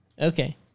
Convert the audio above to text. okay